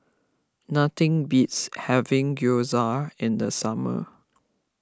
nothing beats having Gyoza in the summer